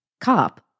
cop